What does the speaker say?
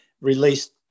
released